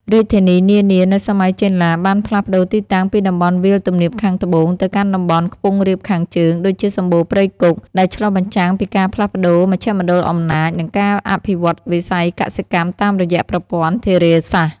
រាជធានីនានានៅសម័យចេនឡា បានផ្លាស់ប្តូរទីតាំងពីតំបន់វាលទំនាបខាងត្បូង ទៅកាន់តំបន់ខ្ពង់រាបខាងជើង ដូចជាសម្បូរព្រៃគុក ដែលឆ្លុះបញ្ចាំងពីការផ្លាស់ប្តូរមជ្ឈមណ្ឌលអំណាច និងការអភិវឌ្ឍន៍វិស័យកសិកម្មតាមរយៈប្រព័ន្ធធារាសាស្ត្រ។